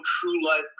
true-life